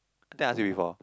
then I ask you before